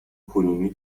کنونی